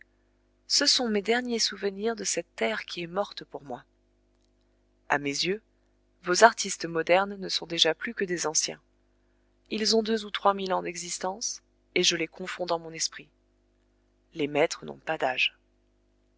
ce sont mes derniers souvenirs de cette terre qui est morte pour moi a mes yeux vos artistes modernes ne sont déjà plus que des anciens ils ont deux ou trois mille ans d'existence et je les confonds dans mon esprit les maîtres n'ont pas d'âge